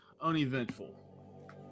uneventful